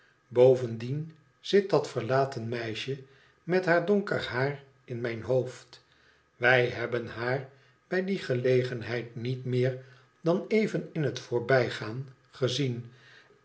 bovendien zit dat verlaten meisje met haar donker haar in mijn hoofd wij hebben haar bij die gelegenbeid oiet meer dan even in het voorbijgaan gezien